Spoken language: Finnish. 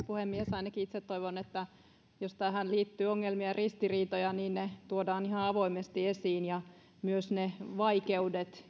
puhemies ainakin itse toivon että jos tähän liittyy ongelmia ja ristiriitoja niin ne tuodaan ihan avoimesti esiin ja myös ne vaikeudet